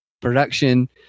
production